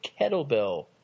kettlebell